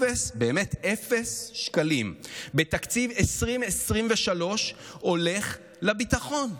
אפס שקלים בתקציב 2023 הולך לביטחון.